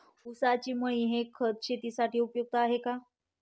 ऊसाची मळी हे खत शेतीसाठी उपयुक्त आहे का?